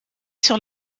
sur